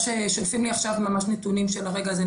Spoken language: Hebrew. שולפים לי עכשיו ממש נתונים של הרגע אז אני